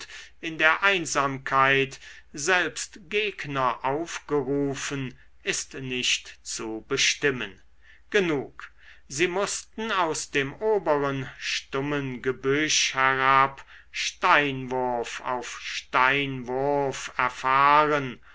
in der einsamkeit selbst gegner aufgerufen ist nicht zu bestimmen genug sie mußten aus dem oberen stummen gebüsch herab steinwurf auf steinwurf erfahren